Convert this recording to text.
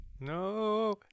No